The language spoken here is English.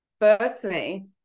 firstly